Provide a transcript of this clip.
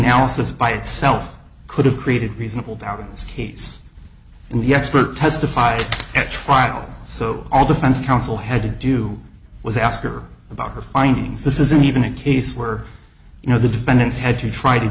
is by itself could have created reasonable doubt in this case and the expert testified at trial so all defense counsel had to do was ask her about her findings this isn't even a case where you know the defendants had to try to